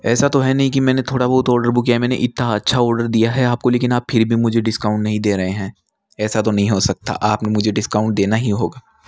ऐसा तो है नहीं कि मैंने थोड़ा बहुत ऑर्डर बुक किया मैंने इतना अच्छा ऑर्डर दिया है आपको लेकिन आप फिर भी मुझे डिस्काउंट नहीं दे रहें हैं ऐसा तो नहीं हो सकता आप मुझे डिस्काउंट देना ही होगा